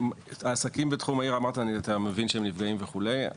העסקים בתחום העיר אמרת שהם נפגעים וכולי.